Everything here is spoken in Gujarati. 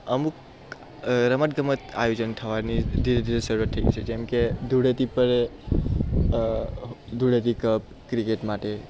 અમુક રમતગમત આયોજન થવાની ધીરે ધીરે શરૂઆત થઈ છે જેમકે ધુળેટી પર ધુળેટી કપ ક્રિકેટ માટે